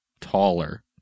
taller